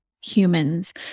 humans